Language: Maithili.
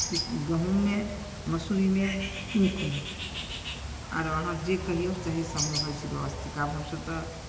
गहूँममे मसुरीमे ऊखमे आरो अहाँ जे कहियौ सएह सभमे भऽ जाइत छै व्यवस्थीक हमसभ तऽ